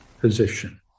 position